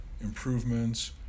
improvements